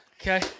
Okay